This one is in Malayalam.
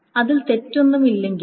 അതിൽ തെറ്റൊന്നുമില്ലെങ്കിലും